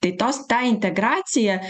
tai tos tą integraciją